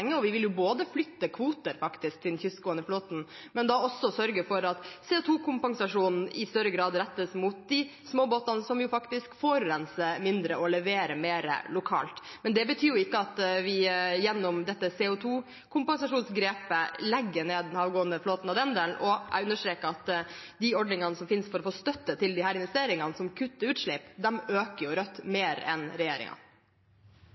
og vi vil både flytte kvoter til den kystgående flåten og sørge for at CO 2 -kompensasjonen i større grad rettes mot de små båtene, som jo faktisk forurenser mindre og leverer mer lokalt. Men det betyr ikke at vi gjennom dette CO 2 -kompensasjonsgrepet legger ned den havgående flåten av den grunn, og jeg understreker at de ordningene som finnes for å få støtte til disse investeringene som kutter utslipp, øker Rødt